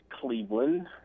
Cleveland